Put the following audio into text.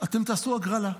אתם תעשו הגרלה.